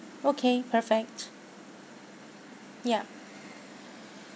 okay perfect ya